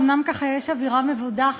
אומנם ככה יש אווירה מבודחת,